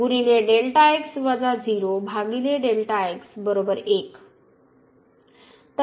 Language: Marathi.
तर आपल्याकडे हे लिमिट 1 आहे